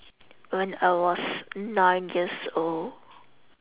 when I was nine years old